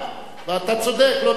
ואתה צודק, לא תהיה מלחמה,